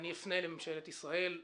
אני אפנה לממשלת ישראל בבקשה,